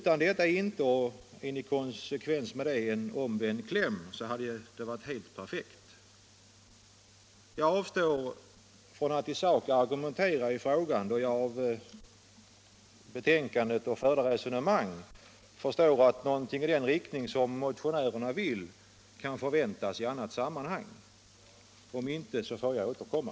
Utan detta ”inte” och, i konsekvens därmed, med en omvänd kläm hade det varit helt perfekt. Jag avstår från att i sak argumentera i frågan, då jag av betänkandet och förda resonemang förstår att någonting i den riktning som motionärerna föreslår kan förväntas i annat sammanhang. Om inte, så får jag återkomma.